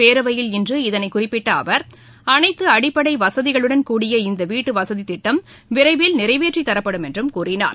பேரவையில் இன்று இதனை குறிப்பிட்ட அவர் அனைத்து அடிப்படை வசதிகளுடன் கூடிய இந்த வீட்டுவசதி திட்டம் விரைவில் நிறைவேற்றித்தரப்படும் என்றும் கூறினார்